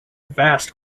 vast